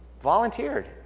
Volunteered